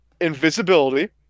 invisibility